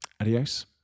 adios